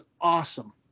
awesome